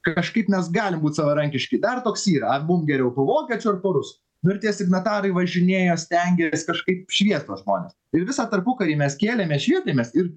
kažkaip mes galim būt savarankiški dar toks yra ar mum geriau po vokiečiu ar po rusu nu ir tie signatarai važinėjo stengės kažkaip šviest tuos žmones ir visą tarpukarį mes kėlėmės švietėmės ir